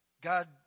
God